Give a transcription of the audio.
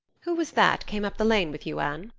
who was that came up the lane with you, anne?